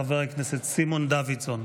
חבר הכנסת סימון דוידסון.